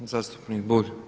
Zastupnik Bulj.